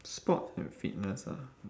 sport and fitness ah